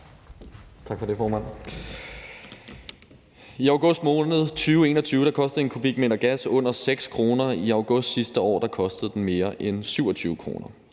Tak for det, formand.